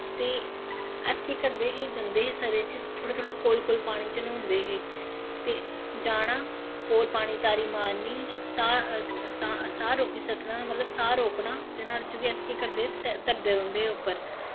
ते अस केह् करदे हे जंदे हे सरे च थोह्ड़े थोह्ड़े कोल कोल पानी च न्होंदे हे ते जाना ते कोल तारी मारनी साह् मतलब साह् रोकना ते नोहाड़े च केह् होंदा हा कि अस तरदे रौंह्दे हे उप्पर